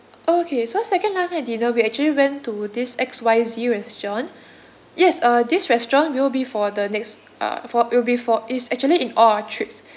oh okay so second last night dinner we actually went to this X Y Z restaurant yes uh this restaurant will be for the next uh for will be for it's actually in all our trips